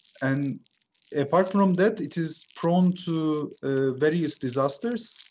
and apart from that, it is prone to various disasters,